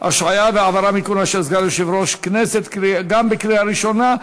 (השעיה והעברה מכהונה של סגן יושב-ראש כנסת) גם בקריאה ראשונה,